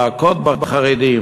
להכות בחרדים,